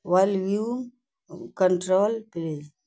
volume control please